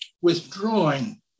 withdrawing